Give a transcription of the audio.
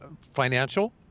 financial